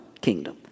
kingdom